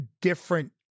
different